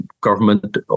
government